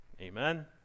Amen